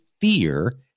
fear